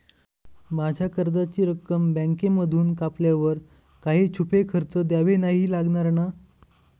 माझ्या कर्जाची रक्कम बँकेमधून कापल्यावर काही छुपे खर्च द्यावे नाही लागणार ना?